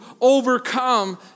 overcome